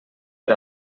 per